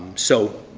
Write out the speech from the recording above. so,